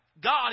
God